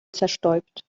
zerstäubt